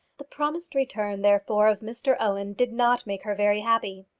the promised return, therefore, of mr owen did not make her very happy.